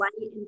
light